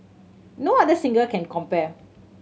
no other singer can compare